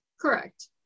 Correct